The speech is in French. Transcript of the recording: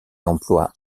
emploie